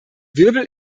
wirbel